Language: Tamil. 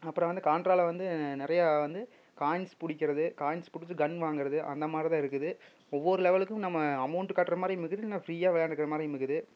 அப்புறம் வந்து காண்ட்ராவில் வந்து நிறையா வந்து காயின்ஸ் பிடிக்கிறது காயின்ஸ் பிடிச்சி கன் வாங்குவது அந்த மாதிரிதான் இருக்குது ஒவ்வொரு லெவலுக்கும் நம்ம அமௌண்ட் கட்டுற மாதிரியும் இருக்குது இல்லைனா ஃப்ரீயாக விளையாண்டுக்குற மாதிரியும் இருக்குது